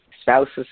spouse's